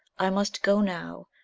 i must go now,